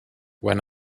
when